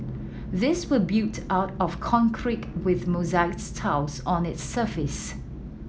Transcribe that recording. these were built out of concrete with mosaic tiles on its surface